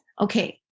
Okay